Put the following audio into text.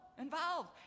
Involved